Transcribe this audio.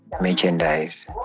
merchandise